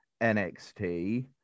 NXT